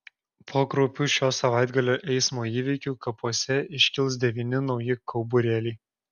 po kraupių šio savaitgalio eismo įvykių kapuose iškils devyni nauji kauburėliai